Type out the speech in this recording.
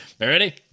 Ready